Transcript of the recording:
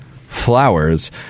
Flowers